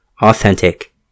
authentic